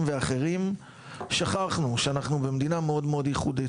ואחרים שכחנו שאנחנו במדינה מאוד-מאוד ייחודית.